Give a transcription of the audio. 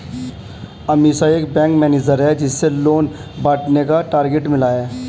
अमीषा एक bank manager है जिसे लोन बांटने का टारगेट मिला